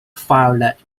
violet